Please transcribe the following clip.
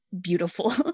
beautiful